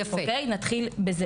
נתחיל בזה